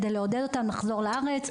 כדי לעודד אותם לחזור לארץ.